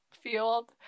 field